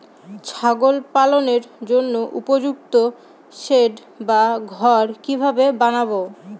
ছাগল পালনের জন্য উপযুক্ত সেড বা ঘর কিভাবে বানাবো?